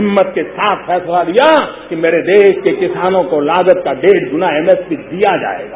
हिम्मत के साथ फैसला लिया कि मेरे देश के किसानों को लागत का डेढ गुना एमएसपी दिया जाएगा